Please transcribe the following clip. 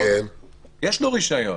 יש לו רישיון.